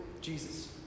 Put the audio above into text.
Jesus